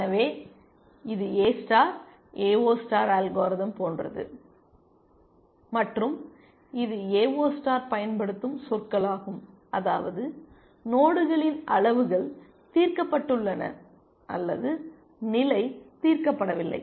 எனவே இது A star AO star algorithm போன்றது மற்றும் இது ஏஓ ஸ்டார் பயன்படுத்தும் சொற்களாகும் அதாவது நோடுகளின் அளவுகள் தீர்க்கப்பட்டுள்ளன அல்லது நிலை தீர்க்கப்படவில்லை